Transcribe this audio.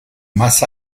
más